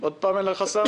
עוד פעם אין לך סאונד?